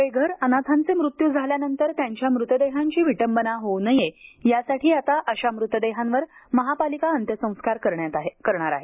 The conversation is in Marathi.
बेघर अनाथांचे मृत्यू झाल्यानंतर त्यांच्या मृतदेहांची विटंबना होऊ नये यासाठी आता अशा मृतदेहावर महापालिका अंत्यसंस्कार करणार आहे